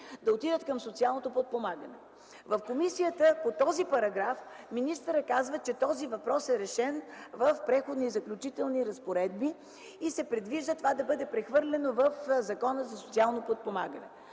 да отидат към социалното подпомагане. В комисията по този параграф министърът каза, че въпросът е решен в Преходните и заключителни разпоредби и се предвижда това да бъде прехвърлено в Закона за социално подпомагане.